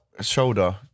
Shoulder